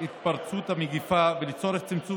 זה מסר שצריך לעבור לממשלה